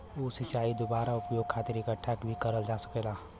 उप सिंचाई दुबारा उपयोग खातिर इकठ्ठा भी करल जा सकेला